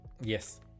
yes